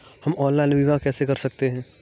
हम ऑनलाइन बीमा कैसे कर सकते हैं?